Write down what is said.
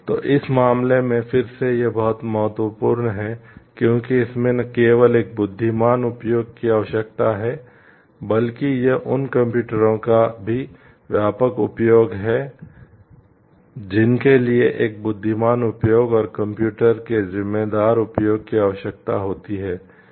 तो इस मामले में फिर से यह बहुत महत्वपूर्ण है क्योंकि इसमें न केवल एक बुद्धिमान उपयोग की आवश्यकता है बल्कि यह उन कंप्यूटरों का भी व्यापक उपयोग है जिनके लिए एक बुद्धिमान उपयोग और कंप्यूटर के जिम्मेदार उपयोग की आवश्यकता होती है